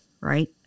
right